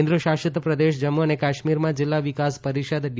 કેન્દ્ર શાસિત પ્રદેશ જમ્મુ અને કાશ્મીરમાં જિલ્લા વિકાસ પરિષદ ડી